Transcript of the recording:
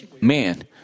man